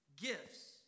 gifts